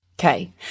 Okay